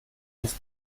ist